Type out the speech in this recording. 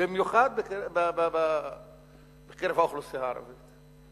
במיוחד בקרב האוכלוסייה הערבית.